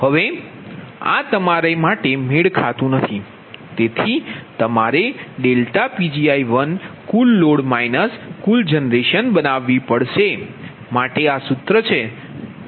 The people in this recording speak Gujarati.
હવે આ તમારે મેળ ખાતુ નથી તેથી તમારે ∆Pgi કુલ લોડ માઈનસ કુલ જનરેશન બનાવવી પડશે માટે આ સૂત્ર છે